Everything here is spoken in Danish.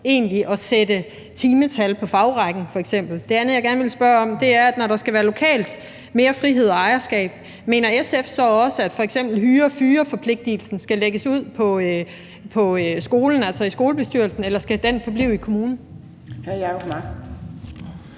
at sætte timetal på f.eks. fagrækken. Det andet, jeg gerne vil spørge om, er, at når der lokalt skal være mere frihed og ejerskab, mener SF så også, at f.eks. hyre- og fyreforpligtelsen skal lægges ud på skolen, altså i skolebestyrelsen, eller skal den forblive i kommunen? Kl. 15:21 Fjerde